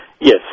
Yes